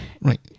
Right